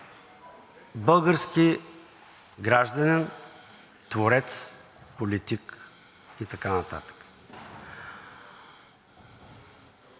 български гражданин, творец, политик и така нататък.